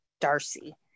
Darcy